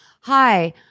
hi